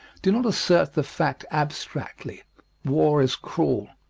do not assert the fact abstractly war is cruel.